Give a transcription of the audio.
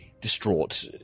distraught